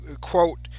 quote